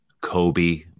Kobe